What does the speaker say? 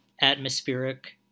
atmospheric